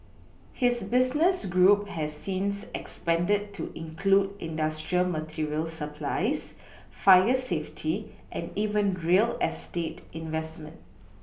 his business group has since expanded to include industrial material supplies fire safety and even real estate investment